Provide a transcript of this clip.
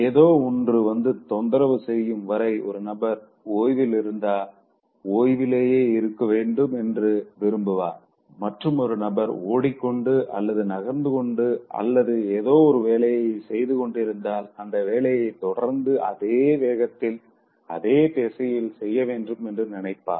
ஏதோ ஒன்று வந்து தொந்தரவு செய்யும் வரை ஒரு நபர் ஓய்வில் இருந்தா ஓய்விலேயே இருக்க வேண்டும் என்று விரும்புவார் மற்றும் ஒரு நபர் ஓடிக்கொண்டு அல்லது நகர்ந்து கொண்டு அல்லது ஏதோ ஒரு வேலைய செய்து கொண்டிருந்தால் அந்த வேலைய தொடர்ந்து அதே வேகத்தில் அதே திசையில் செய்ய வேண்டும் என்று நினைப்பார்